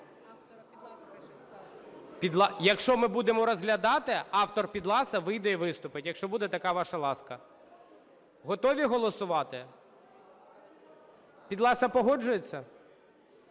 Якщо ми будемо розглядати, автор Підласа вийде і виступить, якщо буде така ваша ласка. Готові голосувати? Підласа погоджується?